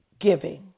giving